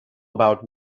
about